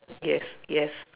yes yes